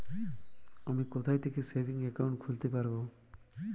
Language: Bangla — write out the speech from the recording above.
আমি কোথায় থেকে সেভিংস একাউন্ট খুলতে পারবো?